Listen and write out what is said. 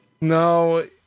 No